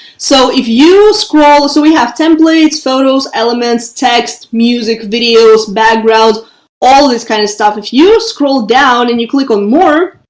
so if you scroll, so we have templates, photos, elements, text, music, videos, background, all this kind of stuff. if you scroll down, and you click on more,